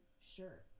sure